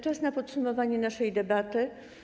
Czas na podsumowanie naszej debaty.